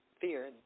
fear